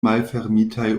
malfermitaj